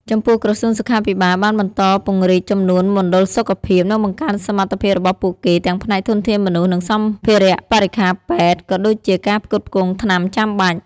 ចំពោះក្រសួងសុខាភិបាលបានបន្តពង្រីកចំនួនមណ្ឌលសុខភាព និងបង្កើនសមត្ថភាពរបស់ពួកគេ ទាំងផ្នែកធនធានមនុស្សនិងសម្ភារបរិក្ខារពេទ្យ ក៏ដូចជាការផ្គត់ផ្គង់ថ្នាំចាំបាច់។